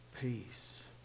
Peace